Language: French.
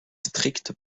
strictes